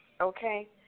Okay